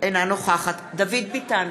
אינה נוכחת דוד ביטן,